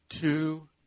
two